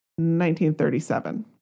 1937